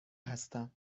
هستم